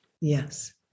Yes